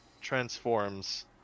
transforms